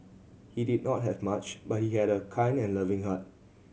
he did not have much but he had a kind and loving heart